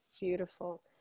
Beautiful